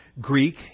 Greek